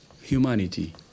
humanity